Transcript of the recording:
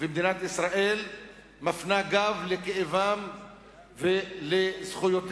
ומדינת ישראל מפנה גב לכאבם ולזכויותיהם.